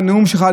בנאום שלך,